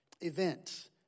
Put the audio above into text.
events